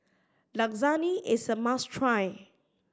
Lasagne is a must try